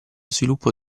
sviluppo